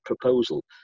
proposal